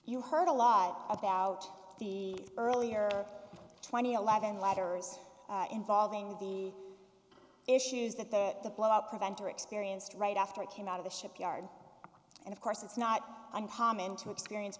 you heard a lot about the earlier twenty eleven letters involving the issues that the blowout preventer experienced right after it came out of the shipyard and of course it's not uncommon to experience